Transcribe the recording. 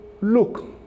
look